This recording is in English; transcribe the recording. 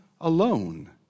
alone